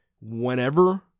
whenever